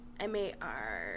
M-A-R